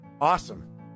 awesome